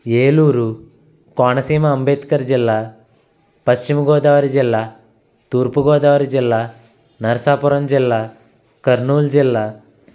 ఏలూరు కోనసీమ అంబేద్కర్ జిల్లా పశ్చిమ గోదావరి జిల్లా తూర్పు గోదావరి జిల్లా నరసాపురం జిల్లా కర్నూల్ జిల్లా